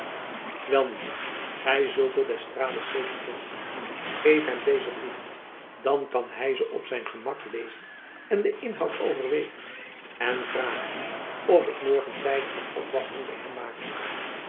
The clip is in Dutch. welnu gy zult er d'estrades zeker vinden geef hem deze brieven dan kan hy ze op zijn gemak lezen en den inhoud overwegen en vraag hem of ik morgen tijdig mijn opwachting by hem maken kan